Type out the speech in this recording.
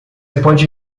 pode